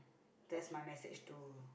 that's my message to